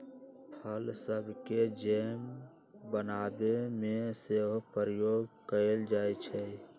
फल सभके जैम बनाबे में सेहो प्रयोग कएल जाइ छइ